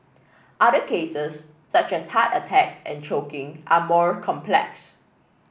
other cases such as heart attacks and choking are more complex